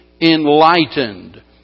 enlightened